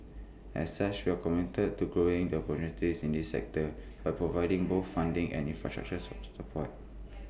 as such we are committed to growing the opportunities in this sector by providing both funding and infrastructure support